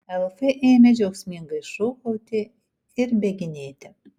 elfai ėmė džiaugsmingai šūkauti ir bėginėti